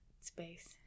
space